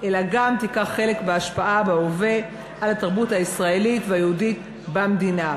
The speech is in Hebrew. אלא גם תיקח חלק בהשפעה בהווה על התרבות הישראלית והיהודית במדינה.